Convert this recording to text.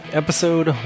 episode